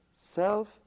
self